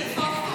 איפה?